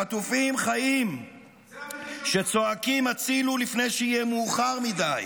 חטופים חיים שצועקים הצילו לפני שיהיה מאוחר מדי".